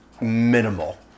minimal